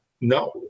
no